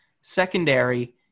secondary